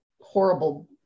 horrible